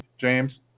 James